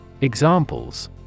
Examples